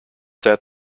that